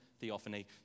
theophany